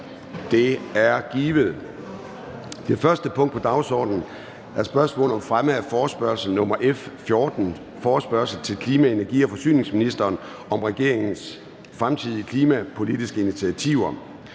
Det er givet. --- Det første punkt på dagsordenen er: 1) Spørgsmål om fremme af forespørgsel nr. F 14: Forespørgsel til klima-, energi- og forsyningsministeren om regeringens fremtidige klimapolitiske initiativer.